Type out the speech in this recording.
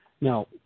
Now